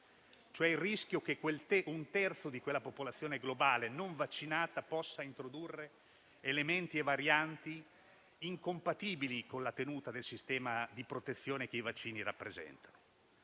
cioè il rischio che un terzo della popolazione globale non vaccinata possa introdurre elementi e varianti incompatibili con la tenuta del sistema di protezione che i vaccini rappresentano.